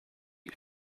you